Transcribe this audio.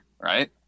right